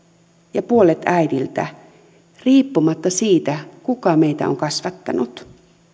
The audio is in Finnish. ja puolet äidiltä riippumatta siitä kuka meitä on kasvattanut